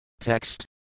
TEXT